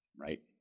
right